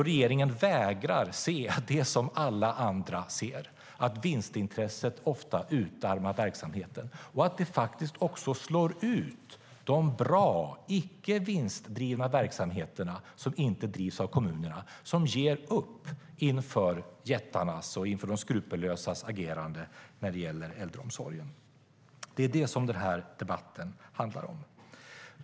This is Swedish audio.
Regeringen vägrar att se det som alla andra ser, att vinstintresset ofta utarmar verksamheten och att det faktiskt också slår ut de bra icke vinstdrivande verksamheterna som inte drivs av kommunerna, vilka ger upp inför jättarnas och de skrupelfrias agerande när det gäller äldreomsorgen. Det är det som den här debatten handlar om.